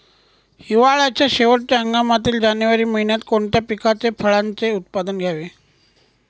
हिवाळ्याच्या शेवटच्या हंगामातील जानेवारी महिन्यात कोणत्या पिकाचे, फळांचे उत्पादन घ्यावे?